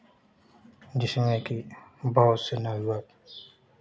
जिसमें कि बहुत से नवयुवक